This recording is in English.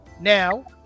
now